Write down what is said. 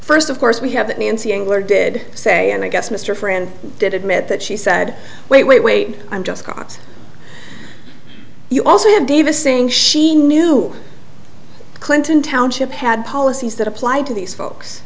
first of course we have that nancy engler did say and i guess mr friend did admit that she said wait wait wait i'm just caught you also have davis saying she knew clinton township had policies that apply to these folks